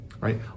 right